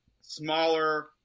smaller